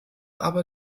aber